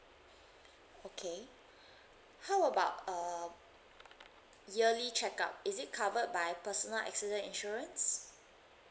okay how about uh yearly checkup is it covered by personal accident insurance